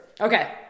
Okay